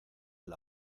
del